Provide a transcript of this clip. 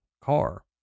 car